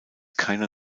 keiner